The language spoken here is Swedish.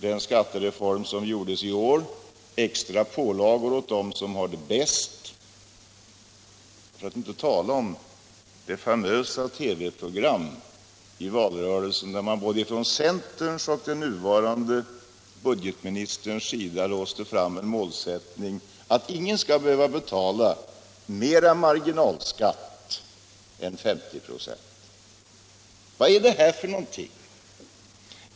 Den skattereform som gjordes i år ger extra lättnader för dem som har det bäst — för att inte tala om det famösa TV-program i valrörelsen där både centerns företrädare och den nuvarande budgetministern fastslog en målsättning innebärande att ingen skall behöva betala högre marginalskatt än 50 96. Vad är det här för någonting?